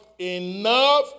Enough